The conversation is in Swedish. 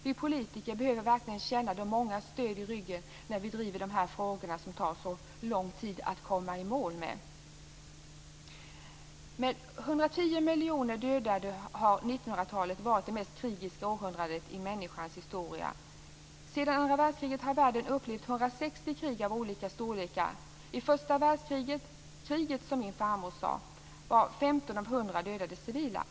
Vi politiker behöver verkligen känna de mångas stöd i ryggen när vi driver de här frågorna, som det tar så lång tid att komma i mål med. Med 110 miljoner dödade har 1900-talet varit det mest krigiska århundradet i människans historia. Sedan andra världskriget har världen upplevt 160 krig av olika storlekar. I första världskriget - kriget, som min farmor sade - var 15 av 100 dödade civila.